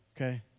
okay